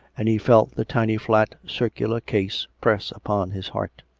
and he felt the tiny flat circular case press upon his heart.